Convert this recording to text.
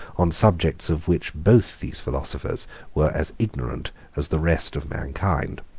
on subjects of which both these philosophers were as ignorant as the rest of mankind.